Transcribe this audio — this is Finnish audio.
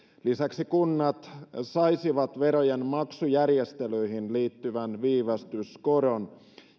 lisäksi kunnat saisivat verojen maksujärjestelyihin liittyvän viivästyskoron